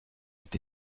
ont